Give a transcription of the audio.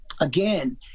Again